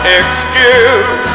excuse